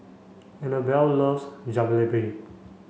Annabell loves Jalebi